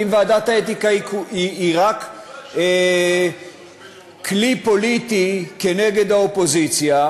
אם ועדת האתיקה היא רק כלי פוליטי כנגד האופוזיציה,